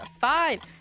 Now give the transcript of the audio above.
five